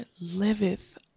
liveth